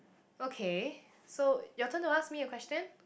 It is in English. okay so your turn to ask me a question